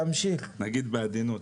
נגיד בעדינות.